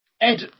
Ed